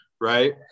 right